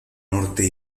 norte